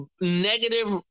negative